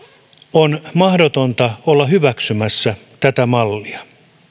on mahdotonta olla hyväksymässä tätä mallia